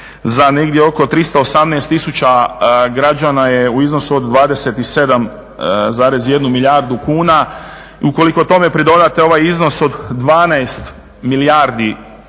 za negdje oko 318 000 građana je u iznosu od 27,1 milijardu kuna. I ukoliko tome pridodate ovaj iznos od 12 milijardi